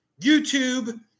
YouTube